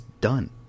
done